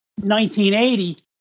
1980